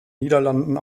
niederlanden